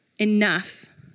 enough